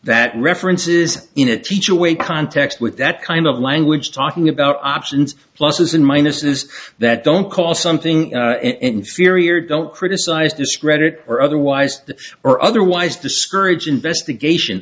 that references in a teacher way context with that kind of language talking about options pluses and minuses that don't call something inferior don't criticize discredit or otherwise the or otherwise discourage investigation